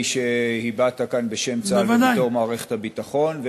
שהבעת כאן בשם צה"ל ובתור מערכת הביטחון,